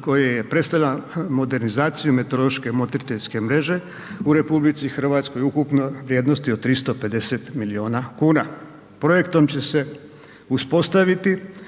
koji predstavlja modernizaciju meteorološke motriteljske mreže u RH u ukupnoj vrijednosti od 350 milijuna kuna. Projektom će se uspostaviti